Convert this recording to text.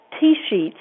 T-sheets